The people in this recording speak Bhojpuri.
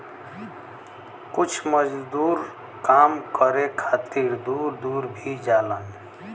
कुछ मजदूर काम करे खातिर दूर दूर भी जालन